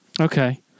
Okay